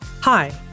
Hi